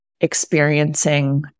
experiencing